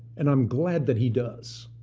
and i'm glad that he does.